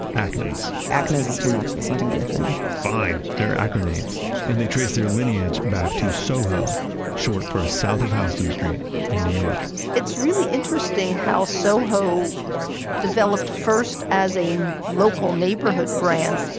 acna's acna's is too much, that's not going to be a thing fine. they're acronames, and they trace their lineage back to soho short for south of houston street in new york it's really interesting how soho developed first as a local neighborhood brand,